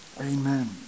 Amen